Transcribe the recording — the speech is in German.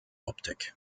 optik